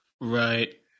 Right